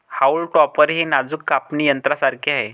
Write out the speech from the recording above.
haulm topper हे नाजूक कापणी यंत्रासारखे आहे